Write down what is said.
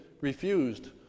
refused